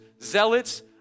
zealots